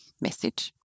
message